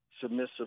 submissive